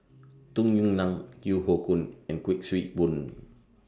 Tung Yue Nang Yeo Hoe Koon and Kuik Swee Boon